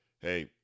hey